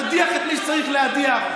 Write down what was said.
תדיח את מי שצריך להדיח.